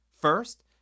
First